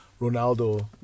Ronaldo